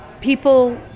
people